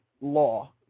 Law